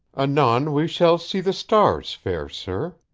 anon we shall see the stars, fair sir.